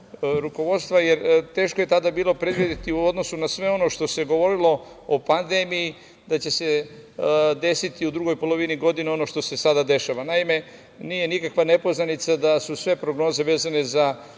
rukovodstva, jer teško je tada bilo predvideti u odnosu na sve ono što se govorilo o pandemiji, da će se desiti u drugoj polovini godine, ono što se sada dešava. Naime, nije nikakva nepoznanica da su sve prognoze vezane za